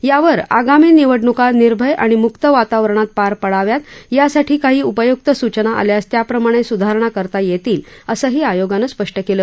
यावर आगामी निवडणुका निर्भय आणि मुक्त वातावरणात पार पडाव्यात यासाठी काही उपयुक्त सूचना आल्यास त्याप्रमाणे सुधारणा करता येतील असंही आयोगानं स्पष्ट केलं